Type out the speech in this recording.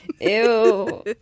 Ew